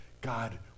God